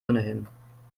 ohnehin